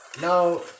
Now